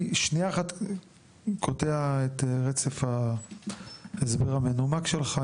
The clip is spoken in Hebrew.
אני שנייה אחת קוטע את רצף ההסבר המנומק שלך,